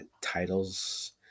titles